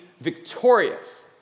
victorious